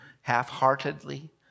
half-heartedly